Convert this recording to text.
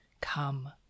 Come